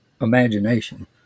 imagination